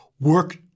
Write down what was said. work